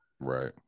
Right